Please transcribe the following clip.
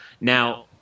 Now